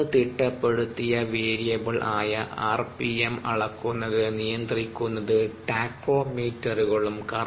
അളന്ന് തിട്ടപ്പെടുത്തിയ വേരീയബൾ ആയ ആർപിഎം അളക്കുന്നത് നിയന്ത്രിക്കുന്നത് ടാക്കോമീറ്ററുകളും